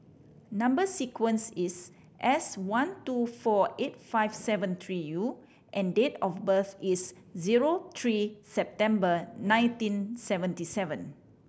number sequence is S one two four eight five seven three U and date of birth is zero three September nineteen seventy seven